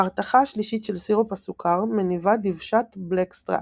ההרתחה השלישית של סירופ הסוכר מניבה דבשת 'בלקסטראפ'.